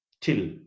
till